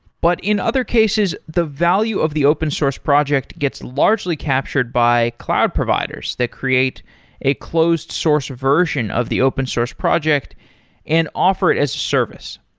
but in other cases, the value of the open source project gets largely captured by cloud providers that create a closed source version of the open source project and offer it as service.